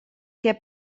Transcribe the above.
què